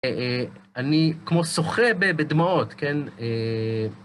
אני כמו שוחה בדמעות, כן?